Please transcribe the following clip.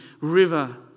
river